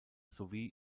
sowie